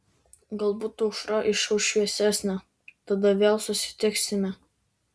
galbūt aušra išauš šviesesnė tada vėl susitiksime